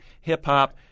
hip-hop